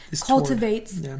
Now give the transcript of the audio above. cultivates